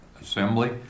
assembly